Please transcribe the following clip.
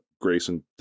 Grayson